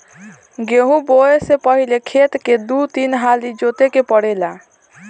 गेंहू बोऐ से पहिले खेत के दू तीन हाली जोते के पड़ेला